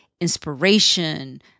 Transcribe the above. inspiration